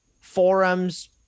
Forums